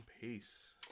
Peace